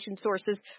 sources